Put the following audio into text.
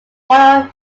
royal